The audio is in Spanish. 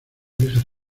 viejas